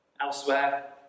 elsewhere